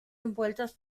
envueltas